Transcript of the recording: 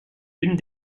une